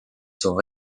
sont